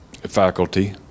faculty